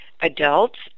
adults